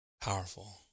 powerful